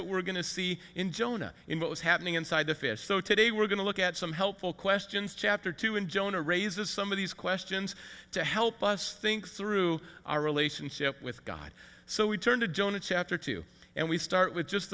what we're going to see in jonah in what was happening inside the fish so today we're going to look at some helpful questions chapter two in jonah raises some of these questions to help us think through our relationship with god so we turn to jonah chapter two and we start with just